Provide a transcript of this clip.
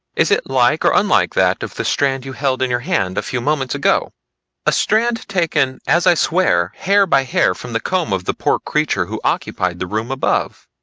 is it like or unlike that of the strand you held in your hand a few moments ago a strand taken as i swear, hair by hair from the comb of the poor creature who occupied the room above.